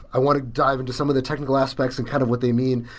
i want to dive into some of the technical aspects and kind of what they mean.